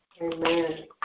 Amen